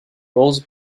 rose